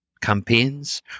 campaigns